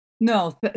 No